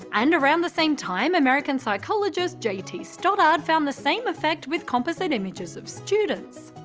and around the same time american psychologist j t. stoddard found the same effect with composite images of students.